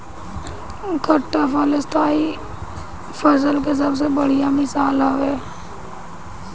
खट्टा फल स्थाई फसल के सबसे बढ़िया मिसाल हवे